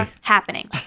happening